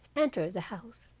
entered the house.